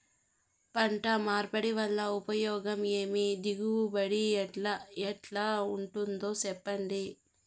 పంట మార్పిడి వల్ల ఉపయోగం ఏమి దిగుబడి ఎట్లా ఉంటుందో చెప్పండి?